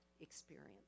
experience